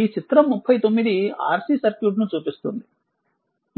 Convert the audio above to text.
ఈ చిత్రం 39 RC సర్క్యూట్ను చూపిస్తుంది